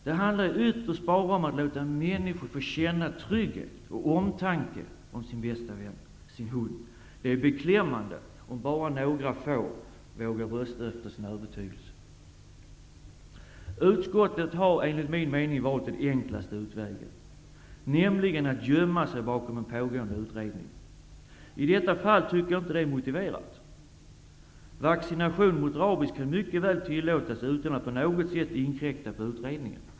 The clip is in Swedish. Det handlar ju ytterst bara om att låta människor få känna trygghet och omtanke om sin bäste vän, sin hund. Det är beklämmande om bara några få vågar rösta efter sin övertygelse. Utskottet har, enligt min mening, valt den enklaste utvägen, nämligen att gömma sig bakom en pågående utredning. I detta fall är det inte motiverat. Vaccination mot rabies kan mycket väl tillåtas utan att man på något sätt inkräktar på utredningen.